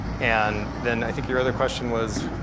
and then, i think your other question was,